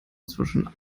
zwischen